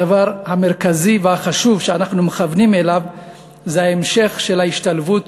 הדבר המרכזי והחשוב שאנחנו מכוונים אליו זה המשך ההשתלבות